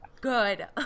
good